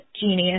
genius